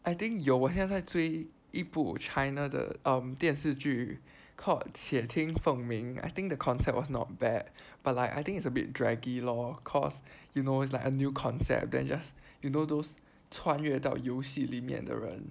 I think 有我现在追一部 China 的 um 电视剧 called 且听凤鸣 I think the concept was not bad but like I think it's a bit draggy lor cause you know it's like a new concept then just you know those 穿越 adult 游戏里面的人